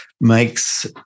makes